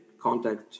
contact